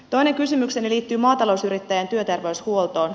toinen kysymykseni liittyy maatalousyrittäjien työterveyshuoltoon